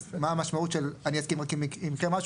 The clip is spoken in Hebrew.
אז מה המשמעות של לא להסכים אלא אם יקרה משהו